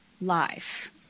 life